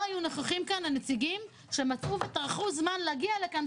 היו נוכחים כאן הנציגים שטרחו ומצאו זמן להגיע לכאן,